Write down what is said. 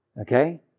Okay